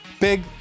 big